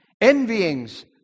envyings